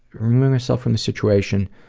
removing myself from the situation